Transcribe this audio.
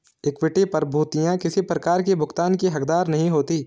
equity प्रभूतियाँ किसी प्रकार की भुगतान की हकदार नहीं होती